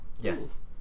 yes